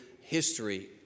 history